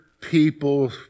people